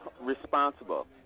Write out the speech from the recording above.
responsible